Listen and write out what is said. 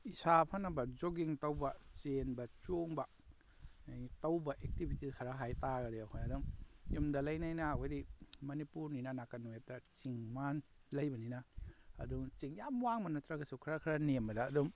ꯏꯁꯥ ꯐꯅꯕ ꯖꯣꯒꯤꯡ ꯇꯧꯕ ꯆꯦꯟꯕ ꯆꯣꯡꯕ ꯑꯩꯅ ꯇꯧꯕ ꯑꯦꯛꯇꯤꯕꯤꯇꯤꯁ ꯈꯔ ꯍꯥꯏꯇꯥꯔꯗꯤ ꯑꯩꯈꯣꯏꯅ ꯑꯗꯨꯝ ꯌꯨꯝꯗ ꯂꯩ ꯂꯩꯅ ꯑꯩꯈꯣꯏꯗꯤ ꯃꯅꯤꯄꯨꯔꯅꯤꯅ ꯅꯥꯀꯟ ꯆꯤꯡ ꯃꯥꯟ ꯂꯩꯕꯅꯤꯅ ꯑꯗꯨ ꯆꯤꯡ ꯌꯥꯝ ꯋꯥꯡꯕ ꯅꯠꯇ꯭ꯔꯒꯁꯨ ꯈꯔ ꯈꯔ ꯅꯦꯝꯕꯗ ꯑꯗꯨꯝ